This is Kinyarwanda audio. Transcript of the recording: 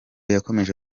yakomeje